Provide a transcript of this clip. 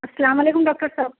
السلام علیکم ڈاکٹر صاحب